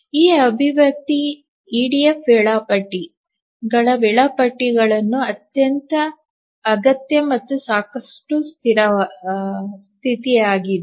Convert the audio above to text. ಈ ಅಭಿವ್ಯಕ್ತಿ ಇಡಿಎಫ್ ವೇಳಾಪಟ್ಟಿಗಳ ವೇಳಾಪಟ್ಟಿಗಾಗಿ ಅಗತ್ಯ ಮತ್ತು ಸಾಕಷ್ಟು ಸ್ಥಿತಿಯಾಗಿದೆ